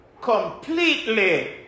completely